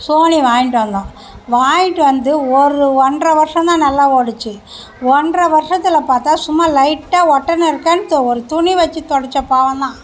Sony வாங்கிட்டு வந்தோம் வாங்கிட்டு வந்து ஒரு ஒன்றரை வருஷம் தான் நல்லா ஓடிச்சு ஒன்றரை வருஷத்தில் பார்த்தா சும்மா லைட்டாக ஒட்டைன இருக்கான்னு ஒரு துணி வச்சு துடச்ச பாவந்தான்